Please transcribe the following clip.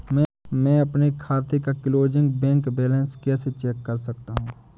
मैं अपने खाते का क्लोजिंग बैंक बैलेंस कैसे चेक कर सकता हूँ?